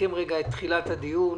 לסכם את תחילת הדיון,